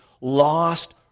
lost